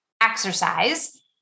exercise